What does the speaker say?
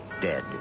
dead